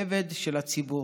עבד של הציבור,